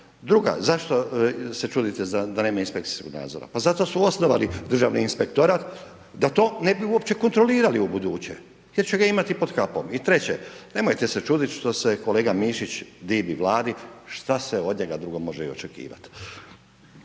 Druga, zašto se čudite da nema inspekcijskog nadzora? Pa zato su osnovali državni inspektorat da to ne bi uopće kontrolirali ubuduće jer će ga imati pod .../Govornik se ne razumije./.... I treće, nemojte se čuditi što se kolega Mišić divi Vladi šta se od njega drugo može i očekivati.